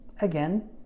Again